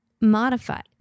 modified